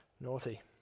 Naughty